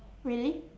really